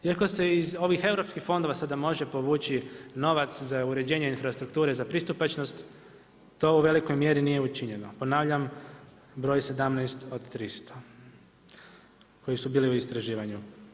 Iako se iz ovih europskih fondova sada može povući novac za uređenje infrastrukture za pristupačnost, to u velikoj mjeri nije učinjeno, ponavljam broj 17 od 300 koji su bili u istraživanju.